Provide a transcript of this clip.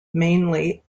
mainly